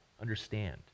understand